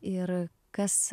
ir kas